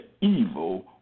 evil